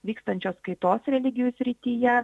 vykstančios kaitos religijų srityje